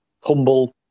Humble